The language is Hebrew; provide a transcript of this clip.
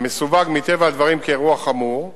המסווג מטבע הדברים כאירוע "חמור",